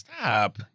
Stop